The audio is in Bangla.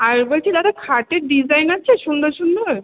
আর বলছি দাদা খাটের ডিজাইন আছে সুন্দর সুন্দর